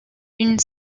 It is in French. une